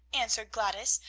answered gladys,